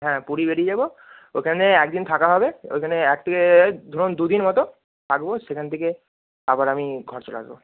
হ্যাঁ পুরী বেরিয়ে যাব ওখানে এক দিন থাকা হবে ওইখানে এক থেকে ধরুন দু দিন হয়ত থাকব সেখান থেকে আবার আমি ঘরে চলে আসব